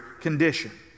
condition